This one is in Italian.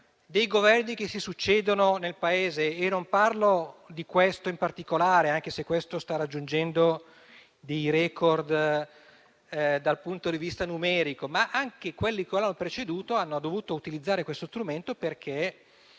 dei Governi che si succedono nel Paese. Non parlo di questo in particolare, anche se sta raggiungendo dei *record* dal punto di vista numerico. Comunque anche i Governi precedenti hanno dovuto utilizzare questo strumento, perché